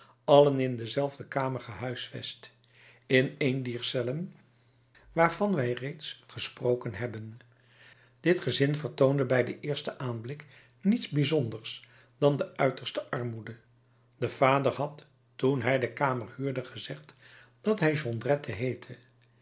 allen in dezelfde kamer gehuisvest in een dier cellen waarvan wij reeds gesproken hebben dit gezin vertoonde bij den eersten aanblik niets bijzonders dan de uiterste armoede de vader had toen hij de kamer huurde gezegd dat hij jondrette heette